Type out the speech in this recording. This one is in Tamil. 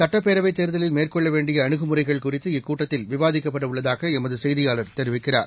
சட்டப்பேரவைத் தேர்தலில் மேற்கொள்ளவேண்டியஅணுகுமுறைகள் இக்கூட்டத்தில் குறித்து விவாதிக்கப்படஉள்ளதாகளமதுசெய்தியாளர் தெரிவிக்கிறார்